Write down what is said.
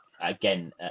again